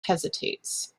hesitates